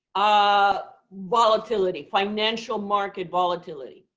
ah volatility, financial market volatility.